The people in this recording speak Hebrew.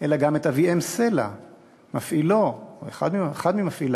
אלא גם את אביאם סלע מפעילו, אחד ממפעיליו,